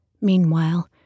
Meanwhile